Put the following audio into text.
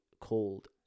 called